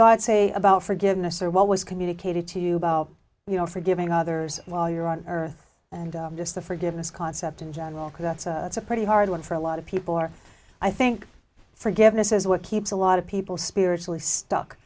god say about forgiveness or what was communicated to you about you know forgiving others while you're on earth and just the forgiveness concept in general that's a pretty hard one for a lot of people are i think forgiveness is what keeps a lot of people spiritually stuck